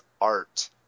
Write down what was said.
art